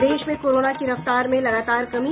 प्रदेश में कोरोना की रफ्तार में लगातार कमी